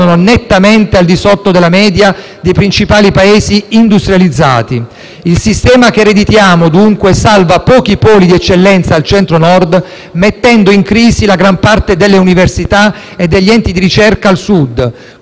Il sistema che ereditiamo, dunque, salva pochi poli di eccellenza al Centro-Nord, mettendo in crisi la gran parte delle università e degli enti di ricerca al Sud,